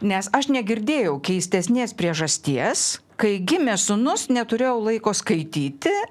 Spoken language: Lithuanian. nes aš negirdėjau keistesnės priežasties kai gimė sūnus neturėjau laiko skaityti